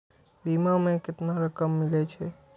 बीमा में केतना रकम मिले छै?